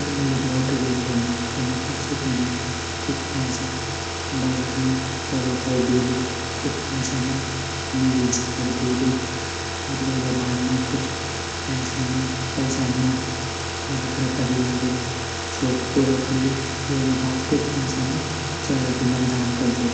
अगर मेरी लाटरी लग ज़न्दी त में सबसे पैली कुछ पैसा बैंक म जमा कर दयोलु कुछ पैसा में निवेश कर दयोलु और वेगा बाद में कुछ पैसा में पैसान में अपरू और अपरा परिवार रे सोक पूरा कलू वेगा बाद कुछ पैसा में चैरिटी म दान कर दयोलु।